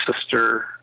sister